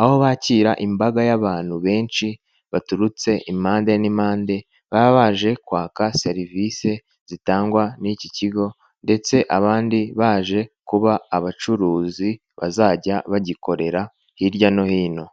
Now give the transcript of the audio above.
aho bakira imbaga y'abantu benshi baturutse imande ni mande baba baje kwaka serivise zitangwa n'ik'ikigo ndetse abandi baje kuba abacuruzi bazajya bagikorera hirya no hino.